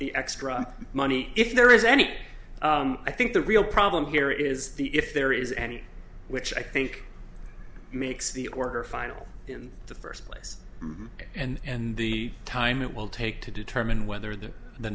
the extra money if there is any i think the real problem here is the if there is any which i think makes the order final in the first place and the time it will take to determine whether the the